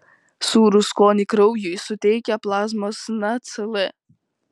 sūrų skonį kraujui suteikia plazmos nacl